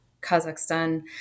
Kazakhstan